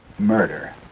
murder